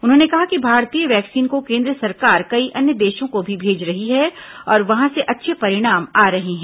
उन्होंने कहा कि भारतीय वैक्सीन को केन्द्र सरकार कई अन्य देशों को भी भेज रही है और वहां से अच्छे परिणाम आ रहे हैं